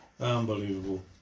Unbelievable